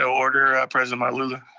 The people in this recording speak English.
order, president malauulu.